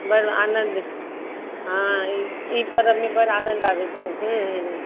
बड़ आनन्द हँ ई परबमे बड़ आनन्द आबैत छै